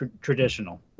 traditional